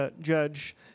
Judge